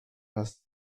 has